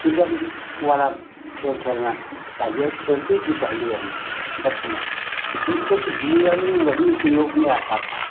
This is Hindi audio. किचन पु वाला खेल खेलना चाहिए खेलती थीं पहले यही बच्चियाँ जिससे कि जीवन में वही उपयोग में आता था